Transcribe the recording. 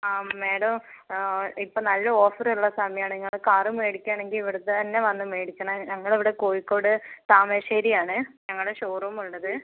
ആ മേഡം ഇപ്പം നല്ല ഓഫറുള്ള സമയാണ് നിങ്ങള് കാറ് മേടിക്കുവാണെങ്കില് ഇവിടുന്ന് തന്നെ വന്ന് മേടിക്കണെ ഞങ്ങള് ഇവിടെ കോഴിക്കോട് താമരശ്ശേരിയാണ് ഞങ്ങളുടെ ഷോറൂം ഉള്ളത്